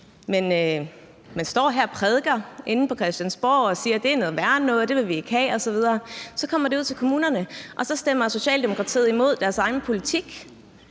Man står her og prædiker inde på Christiansborg og siger: Det er noget værre noget, det vil vi ikke have osv. Så kommer det ud til kommunerne, og så stemmer Socialdemokratiet imod deres egen politik.